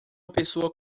pessoa